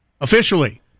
officially